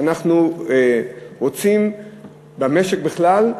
שאנחנו רואים במשק בכלל.